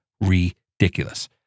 Ridiculous